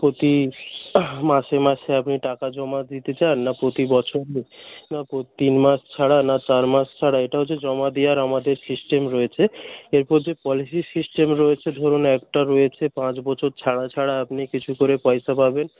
প্রতি মাসে মাসে আপনি টাকা জমা দিতে চান না প্রতি বছর না তিন মাস ছাড়া না চার মাস ছাড়া এটাও হচ্ছে জমা দেওয়ার আমাদের সিস্টেম রয়েছে এরপর যে পলিসি সিস্টেম রয়েছে ধরুন একটা রয়েছে পাঁচ বছর ছাড়া ছাড়া আপনি কিছু করে পয়সা পাবেন